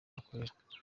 bakorera